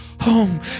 home